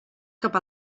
cap